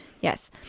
Yes